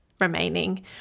remaining